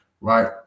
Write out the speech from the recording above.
right